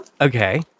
Okay